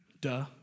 Duh